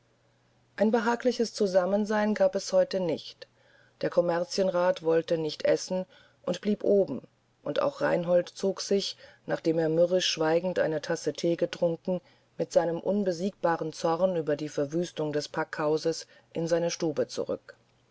ein behagliches beisammensein gab es heute nicht der kommerzienrat wollte nicht essen und blieb oben und auch reinhold zog sich nachdem er mürrisch schweigend eine tasse thee getrunken mit seinem unbesiegbaren zorn über die verwüstung des packhauses in seine stube zurück